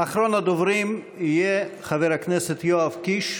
אחרון הדוברים יהיה חבר הכנסת יואב קיש.